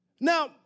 Now